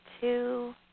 two